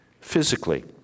physically